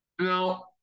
Now